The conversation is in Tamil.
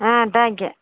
ah thank you